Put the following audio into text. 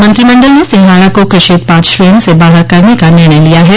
मंत्रिमंडल ने सिंघाड़ा को कृषि उत्पाद श्रेणी से बाहर करने का निर्णय लिया है